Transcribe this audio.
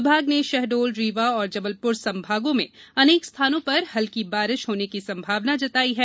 विभाग ने शहडोल रीवा और जबलपुर संभागों में अनेक स्थानों पर हल्की बारिश होने की संभावना जताई है